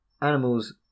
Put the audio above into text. animals